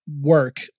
work